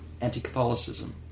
anti-Catholicism